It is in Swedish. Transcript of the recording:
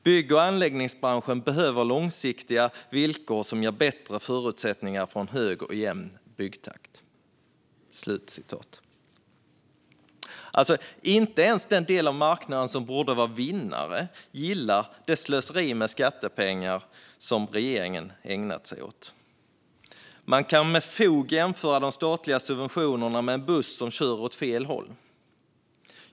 Bygg och anläggningsbranschen behöver långsiktiga villkor som ger bättre förutsättningar för en hög och jämn byggtakt." Inte ens den del av marknaden som borde vara vinnare gillar alltså det slöseri med skattepengar som regeringen ägnat sig åt. Man kan med fog jämföra de statliga subventionerna med en buss som kör åt fel håll.